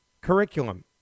curriculum